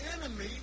enemy